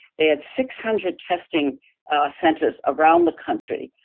they had six hundred testing centers around the country.